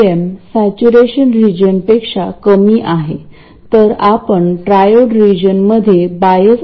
आणि आता आपल्याला हे निश्चित करावे लागेल की हा C1 कितीतरी मोठा आहे आणि आपल्याकडे हा RG आहे आपण याच्या मुळे होणारा परिणाम शोधला पाहिजे